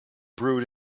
brewed